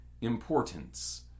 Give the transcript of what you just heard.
importance